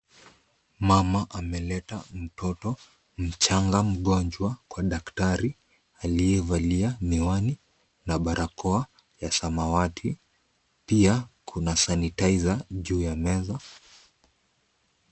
Mama ameleta mtoto mchanga mgonjwa kwa daktari aliyevalia miwani na barakoa ya samawati. Pia kuna sanitizer juu ya meza.